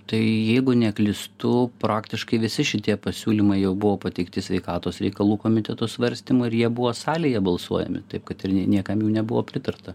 tai jeigu neklystu praktiškai visi šitie pasiūlymai jau buvo pateikti sveikatos reikalų komiteto svarstymui ir jie buvo salėje balsuojami taip kad niekam jų nebuvo pritarta